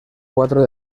cuatro